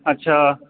अच्छा